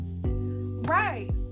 right